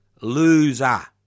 Loser